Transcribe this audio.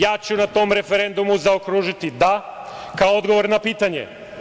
Ja ću na tom referendumu zaokružiti – da kao odgovor na pitanje.